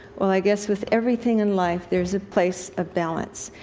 well, i guess with everything and life, there's a place of balance.